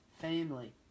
family